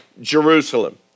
Jerusalem